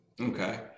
Okay